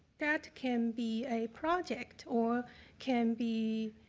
that can be a project or can be,